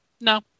No